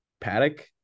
Paddock